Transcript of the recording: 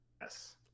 Yes